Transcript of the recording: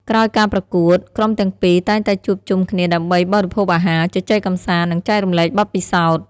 ក្រោយការប្រកួត ក្រុមទាំងពីរតែងតែជួបជុំគ្នាដើម្បីបរិភោគអាហារ ជជែកកម្សាន្ត និងចែករំលែកបទពិសោធន៍។